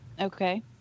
Okay